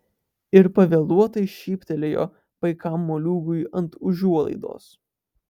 ir pavėluotai šyptelėjo paikam moliūgui ant užuolaidos